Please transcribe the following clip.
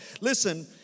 Listen